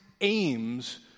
aims